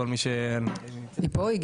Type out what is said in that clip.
היא פה?